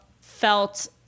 felt